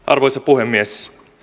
arvoisa puhemies